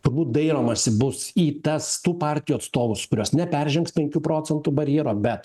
turbūt dairomasi bus į tas tų partijų atstovus kurios neperžengs penkių procentų barjero bet